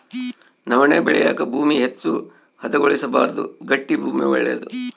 ನವಣೆ ಬೆಳೆಯಾಕ ಭೂಮಿ ಹೆಚ್ಚು ಹದಗೊಳಿಸಬಾರ್ದು ಗಟ್ಟಿ ಭೂಮಿ ಒಳ್ಳೇದು